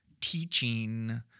teaching